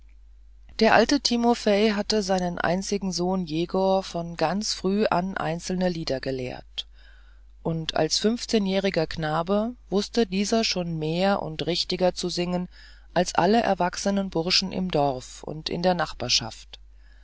der alte timofei hatte seinen einzigen sohn jegor von ganz früh an einzelne lieder gelehrt und als fünfzehnjähriger knabe wußte dieser schon mehr und richtiger zu singen als alle erwachsenen burschen im dorfe und in der nachbarschaft